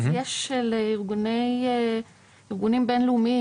יש לארגונים בינלאומיים,